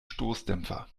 stoßdämpfer